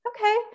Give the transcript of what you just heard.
okay